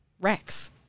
Rex